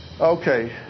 Okay